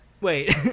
Wait